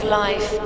life